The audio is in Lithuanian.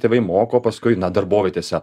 tėvai moko paskui na darbovietėse